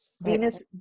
Venus